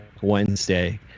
Wednesday